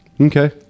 Okay